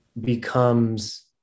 becomes